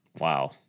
Wow